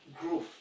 growth